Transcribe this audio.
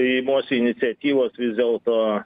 imuosi iniciatyvos vis dėlto